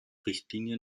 richtlinie